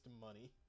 money